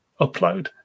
upload